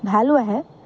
ভালো আহে